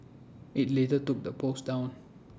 IT later took the post down